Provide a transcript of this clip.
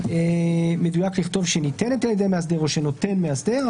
מדויק לכתוב: "שניתנת על-ידי מאסדר" או "שנותן מאסדר".